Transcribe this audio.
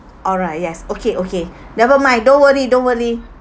alright yes okay okay never mind don't worry don't worry